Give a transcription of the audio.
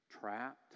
trapped